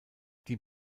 die